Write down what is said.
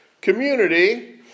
community